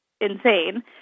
insane